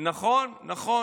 לכם